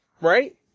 right